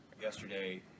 yesterday